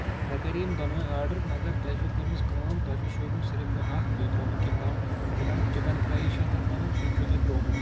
مےٚ کَرے یِم دۄنوے آرڈر مَگر تۄہہِ چھو کٔرمٕژ کٲم تۄہہِ چھو سوٗزمُت صرف ہُہ اکھ بیٚیہِ تروومُت کٔمۍ تام کیٚنٛہہ تام چِکن فرایز چھا تَتھ وَنان سُے چھُو تۄہہِ تروومُت